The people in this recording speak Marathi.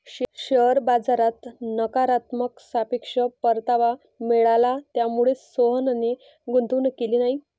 शेअर बाजारात नकारात्मक सापेक्ष परतावा मिळाला, त्यामुळेच सोहनने गुंतवणूक केली नाही